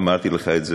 אמרתי לך את זה,